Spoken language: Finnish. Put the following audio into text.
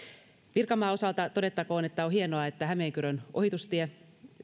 pirkanmaan osalta todettakoon että on hienoa että hämeenkyrön ohitustielle